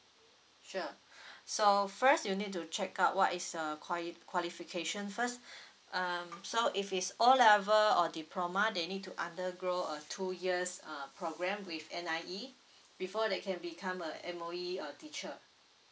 sure so first you need to check out what is uh quai~ qualification first um so if it's O level or diploma they need to undergo a two years uh programme with N_I_E before they can become a M_O_E uh teacher